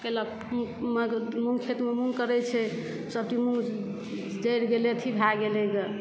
केलक मूँग मूँग खेत मे मूँग करय छै सबटा मूँग जरि गेलै अथी भए गेलै ग